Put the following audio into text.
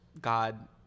God